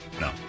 No